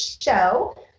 show